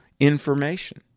Information